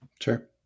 Sure